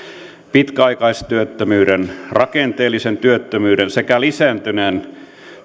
pitkäaikaistyöttömyyden rakenteellisen työttömyyden sekä lisääntyneen